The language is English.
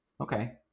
okay